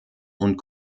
und